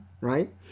right